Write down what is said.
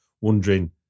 wondering